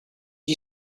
you